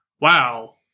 Wow